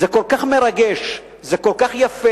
זה כל כך מרגש, זה כל כך יפה,